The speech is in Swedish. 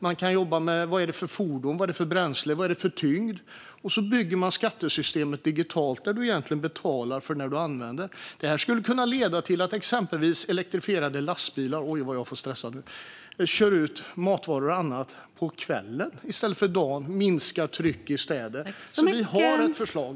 Det går att jobba med vilket fordon det är, vilket bränsle det är och vilken tyngd det är och bygga skattesystemet digitalt så att betalningen gäller för när det används. Det skulle kunna leda till att exempelvis elektrifierade lastbilar kör ut matvaror och annat på kvällen i stället för på dagen, och minskar trycket i städer. Vi har alltså ett förslag.